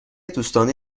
دوستانه